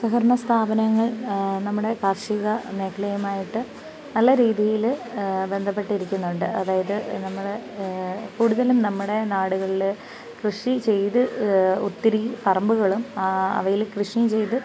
സഹകരണ സ്ഥാപനങ്ങൾ നമ്മുടെ കാർഷിക മേഖലയുമായിട്ട് നല്ല രീതിയിൽ ബന്ധപ്പെട്ടിരിക്കുന്നുണ്ട് അതായത് നമ്മൾ കൂടുതലും നമ്മുടെ നാടുകളിൽ കൃഷി ചെയ്ത് ഒത്തിരി പറമ്പുകളും അവയിൽ കൃഷി ചെയ്ത്